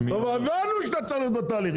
הבנו שאתה צריך להיות בתהליך,